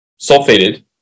Sulfated